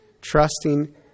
trusting